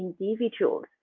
individuals